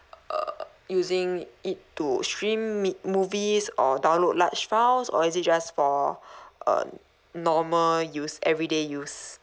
uh using it to stream me~ movies or download large files or is it just for uh normal use everyday use